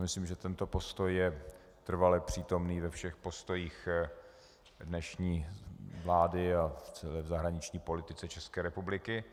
Myslím, že tento postoj je trvale přítomný ve všech postojích dnešní vlády a v celé zahraniční politice České republiky.